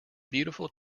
beautiful